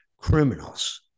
criminals